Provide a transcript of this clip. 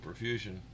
perfusion